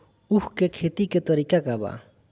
उख के खेती का तरीका का बा?